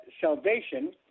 salvation